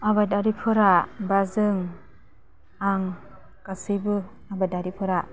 आबादारिफोरा बा जों आं गासैबो आबादारिफोरा